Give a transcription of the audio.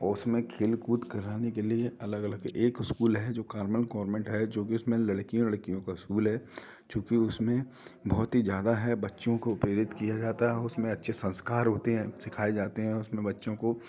और उसमें खेल कूद कराने के लिए अलग अलग एक ईस्कूल है जो कार्नल गौरमेंट है जो उसमें लड़कियों का ईस्कूल है चूंकि उसमें बहुत ही ज़्यादा है बच्चियों को प्रेरित किया जाता है उसमें अच्छे संस्कार होते हैं सिखाए जाते हैं उसमें बच्चों को